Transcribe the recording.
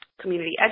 community